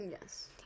Yes